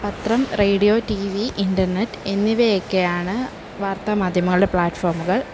പത്രം radio T V internet എന്നിവ ഒക്കെയാണ് വാർത്താമാധ്യമങ്ങളുടെ പ്ലാറ്റുഫോമുകൾ